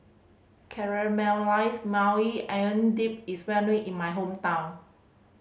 Caramelized Maui Onion Dip is well known in my hometown